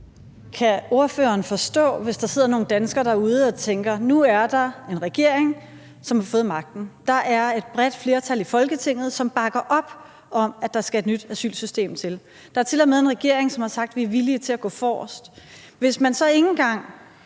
Pernille Vermund (NB): Der kan sidde nogle danskere derude og tænke, at nu er der en regering, som har fået magten, at der er et bredt flertal i Folketinget, som bakker op om, at der skal et nyt asylsystem til, og at der tilmed er en regering, som har sagt, at de er villige til at gå forrest, og hvis man så ikke engang